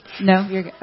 No